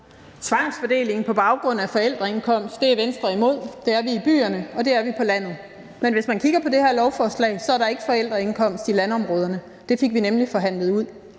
Tvangsfordeling på baggrund af forældreindkomst er Venstre imod – det er vi i byerne, og det er vi på landet. Men hvis man kigger på det her lovforslag, er der ikke tale om forældreindkomst i landområderne – det fik vi nemlig forhandlet ud.